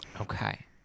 Okay